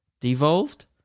Devolved